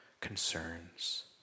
concerns